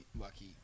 lucky